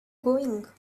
going